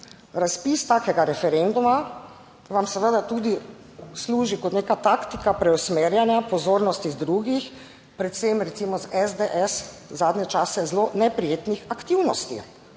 Razpis takega referenduma vam seveda tudi služi kot neka taktika preusmerjanja pozornosti drugih, predvsem recimo z SDS, zadnje čase zelo neprijetnih aktivnosti.